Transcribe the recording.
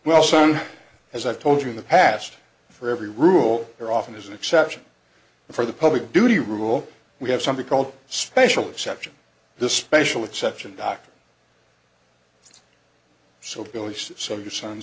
well sun as i told you in the past for every rule there often is an exception for the public duty rule we have something called special exception the special exception doc so beliefs so your son